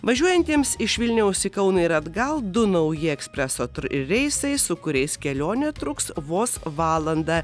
važiuojantiems iš vilniaus į kauną ir atgal du nauji ekspreso reisai su kuriais kelionė truks vos valandą